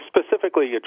specifically